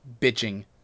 bitching